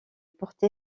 porté